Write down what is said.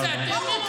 מצאתם.